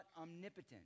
omnipotent